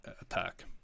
attack